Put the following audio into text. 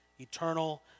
eternal